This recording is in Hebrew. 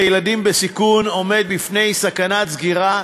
לילדים בסיכון עומד בפני סכנת סגירה,